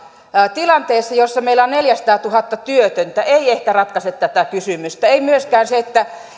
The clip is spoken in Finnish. tilanteessa jossa meillä on neljäsataatuhatta työtöntä ei ehkä ratkaise tätä kysymystä ei myöskään se että